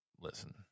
listen